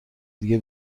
دیگه